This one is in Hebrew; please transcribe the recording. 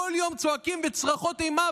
בכל יום צועקים בצרחות אימה,